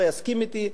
לא יסכים אתי.